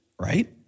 right